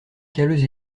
calleuses